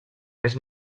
més